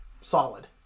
solid